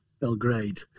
Belgrade